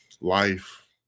life